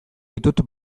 ditut